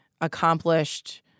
accomplished